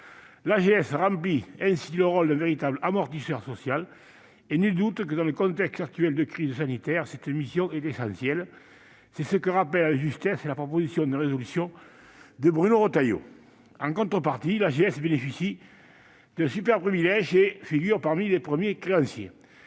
L'AGS remplit ainsi le rôle d'un véritable amortisseur social, et nul doute que, dans le contexte actuel de crise sanitaire, cette mission est essentielle. C'est ce que rappelle avec justesse la proposition de résolution de Bruno Retailleau. En contrepartie, l'AGS bénéficie d'un superprivilège et figure parmi les premiers créanciers.